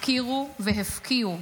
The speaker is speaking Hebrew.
הפקירו והפקיעו.